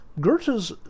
Goethe's